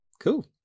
Cool